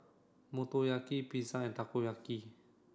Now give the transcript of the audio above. Motoyaki Pizza and Takoyaki